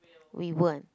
we weren't